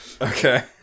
Okay